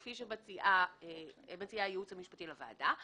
כפי שמציע הייעוץ המשפטי לוועדה,